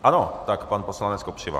Ano, pan poslanec Kopřiva.